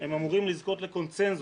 הם אמורים לזכות לקונצנזוס.